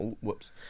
whoops